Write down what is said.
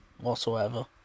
whatsoever